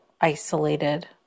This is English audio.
isolated